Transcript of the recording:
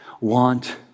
want